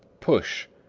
push,